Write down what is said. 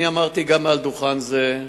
אני אמרתי, גם מעל דוכן זה,